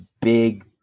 big